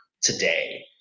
today